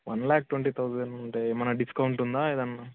one lakh twenty thousand అంటే ఏమైనా discount ఉందా ఏదైనా